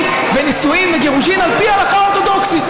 ונישואים וגירושים על פי ההלכה האורתודוקסית.